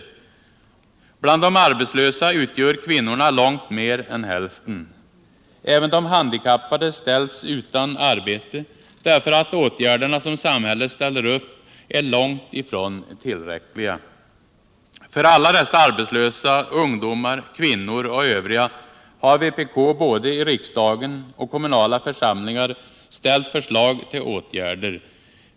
Bland de arbetslösa utgör kvinnorna långt mer än hälften. Även de handikappade stätls utan arbete därför att de åtgärder som samhället ställer upp med är långt ifrån tillräckliga. För alla dessa arbetslösa ungdomar, kvinnor och övriga har vpk både i riksdagen och i kommunala församlingar ställt förslag till åtgärder.